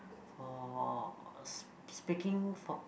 for uh s~ speaking for